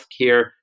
healthcare